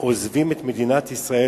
עוזבים את מדינת ישראל,